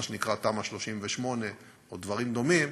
מה שנקרא תמ"א 38 או דברים דומים,